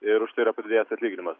ir ir yra padidėjęs atlyginimas